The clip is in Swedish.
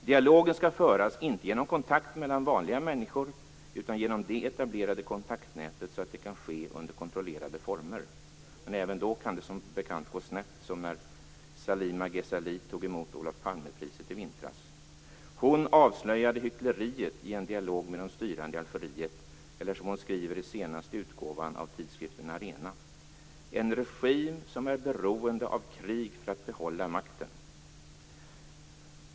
Dialogen skall inte föras genom kontakt mellan vanliga människor utan genom det etablerade kontaktnätet så att det kan ske under kontrollerade former. Men även då kan det, som bekant, gå snett. Så skedde ju när Salima Ghezali i vintras tog emot Olof Palme-priset. Hon avslöjade hyckleriet i en dialog med de styrande i Algeriet. I senaste utgåvan av tidskriften Arena skriver hon: en regim som är beroende av krig för att behålla makten.